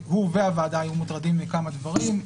הוא והוועדה היו מוטרדים מכמה דברים,